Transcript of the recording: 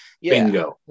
bingo